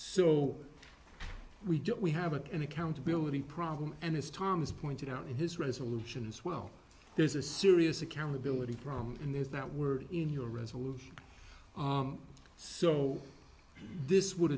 don't we have a and accountability problem and as thomas pointed out in his resolution as well there's a serious accountability from in those that were in your resolution so this would